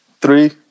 Three